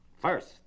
First